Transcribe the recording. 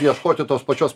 ieškoti tos pačios